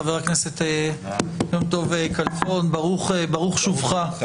חבר הכנסת יום טוב כלפון ברוך שובך.